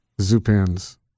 Zupan's